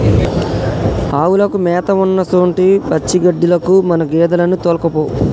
ఆవులకు మేత ఉన్నసొంటి పచ్చిగడ్డిలకు మన గేదెలను తోల్కపో